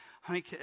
honey